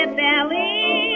belly